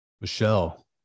Michelle